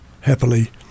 happily